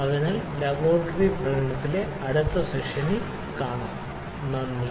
അതിനാൽ ലബോറട്ടറി പ്രകടനത്തിലെ അടുത്ത സെഷനിൽ കാണാം നന്ദി